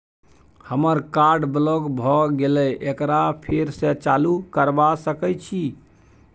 हमर card block भ गेले एकरा फेर स चालू करबा सके छि?